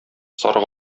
сарык